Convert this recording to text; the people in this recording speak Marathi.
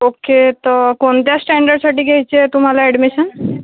ओके तर कोणत्या स्टँडर्डसाठी घ्यायचीय तुम्हाला ॲडमिशन